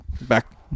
Back